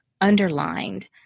underlined